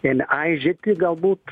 ėmė aižėti galbūt